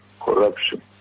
corruption